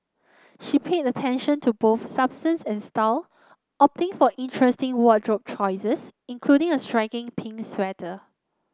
she paid attention to both substance and style opting for interesting wardrobe choices including a striking pink sweater